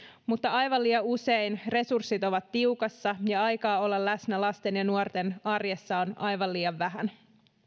mutta aivan liian usein resurssit ovat tiukassa ja aikaa olla läsnä lasten ja nuorten arjessa on aivan liian vähän